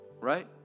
Right